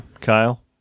Kyle